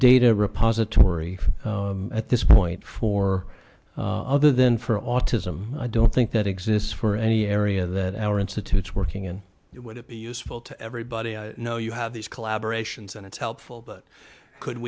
data repository at this point for other than for autism i don't think that exists for any area that our institutes working in it would it be useful to everybody i know you have these collaboration's and it's helpful but could